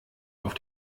auf